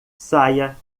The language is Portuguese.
saia